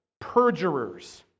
perjurers